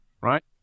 right